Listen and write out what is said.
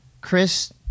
chris